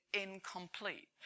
incomplete